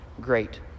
great